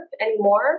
anymore